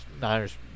Niners